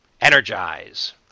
energize